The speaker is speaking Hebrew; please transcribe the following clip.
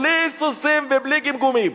בלי היסוסים ובלי גמגומים.